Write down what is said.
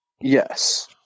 Yes